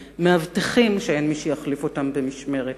מאבטחים שאין מי שיחליף אותם במשמרת,